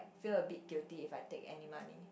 feel a bit guilty if I take any money